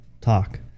talk